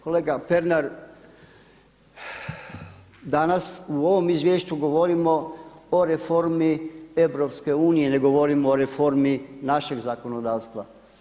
Kolega Pernar, danas u ovom izvješću govorimo o reformi EU, ne govorimo o reformi našeg zakonodavstva.